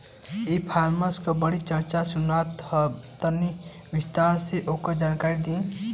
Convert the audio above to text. ई कॉमर्स क बड़ी चर्चा सुनात ह तनि विस्तार से ओकर जानकारी दी?